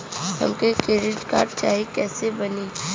हमके credit card चाही कैसे बनी?